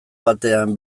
batean